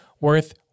worth